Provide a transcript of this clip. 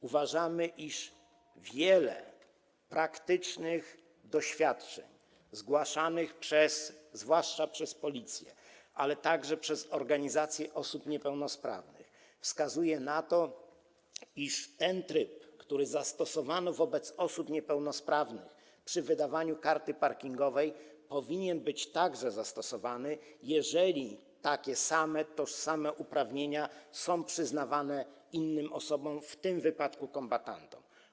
Uważamy, iż wiele praktycznych doświadczeń, przedstawianych zwłaszcza przez policję, ale także przez organizacje osób niepełnosprawnych, wskazuje na to, iż ten tryb, który zastosowano wobec osób niepełnosprawnych przy wydawaniu karty parkingowej, powinien być także zastosowany, jeżeli takie same, tożsame uprawnienia są przyznawane innym osobom, w tym wypadku kombatantom.